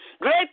great